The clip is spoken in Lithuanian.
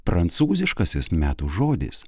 prancūziškasis metų žodis